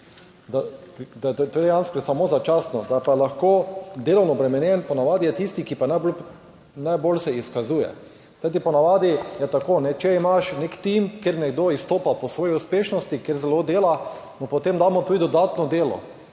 to dejansko samo začasno. Da pa je lahko delovno obremenjen, po navadi je, tisti, ki pa je najbolj, najbolj se izkazuje. Kajti po navadi je tako, če imaš nek tim, kjer nekdo izstopa po svoji uspešnosti, kjer zelo dela, mu potem damo tudi dodatno delo,